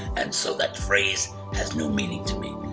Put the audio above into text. and so, that phrase has new meaning to me.